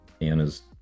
anna's